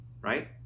right